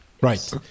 right